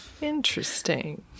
Interesting